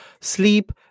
sleep